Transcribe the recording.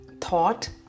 thought